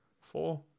Four